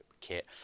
kit